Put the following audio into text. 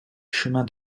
chemin